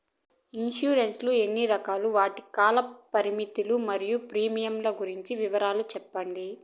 Insurance లు ఎన్ని రకాలు? వాటి కాల పరిమితులు మరియు ప్రీమియం గురించి వివరాలు సెప్పండి?